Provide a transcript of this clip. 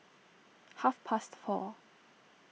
half past four